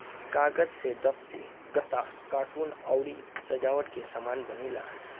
कागज से दफ्ती, गत्ता, कार्टून अउरी सजावट के सामान बनेला